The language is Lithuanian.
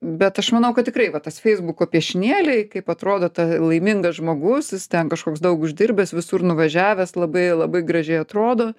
bet aš manau kad tikrai va tas feisbuko piešinėliai kaip atrodo ta laimingas žmogus jis ten kažkoks daug uždirbęs visur nuvažiavęs labai labai gražiai atrodo